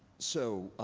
so,